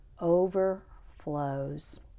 overflows